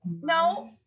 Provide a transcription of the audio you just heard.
No